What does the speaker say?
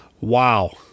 Wow